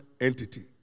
entity